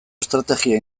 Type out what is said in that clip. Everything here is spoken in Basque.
estrategia